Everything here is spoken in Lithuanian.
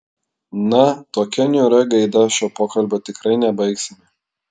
na tokia niūria gaida šio pokalbio tikrai nebaigsime